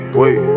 wait